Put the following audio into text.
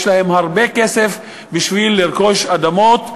יש להם הרבה כסף בשביל לרכוש אדמות,